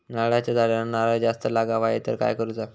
नारळाच्या झाडांना नारळ जास्त लागा व्हाये तर काय करूचा?